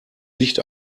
licht